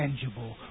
tangible